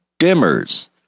dimmers